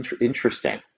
Interesting